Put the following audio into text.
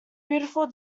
beautiful